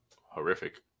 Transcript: Horrific